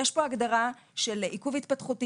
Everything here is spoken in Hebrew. יש פה הגדרה של "עיכוב התפתחותי",